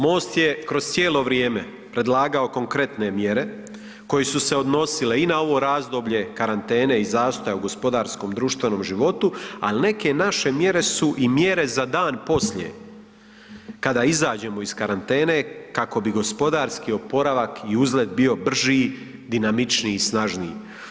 MOST je kroz cijelo vrijeme predlagao konkretne mjere koje su se odnosile i na ovo razdoblje karantene i zastoja u gospodarskom društvenom životu, al neke naše mjere su i mjere za dan poslije kada izađemo iz karantene kako bi gospodarski oporavak i uzlet bio brži, dinamičniji i snažniji.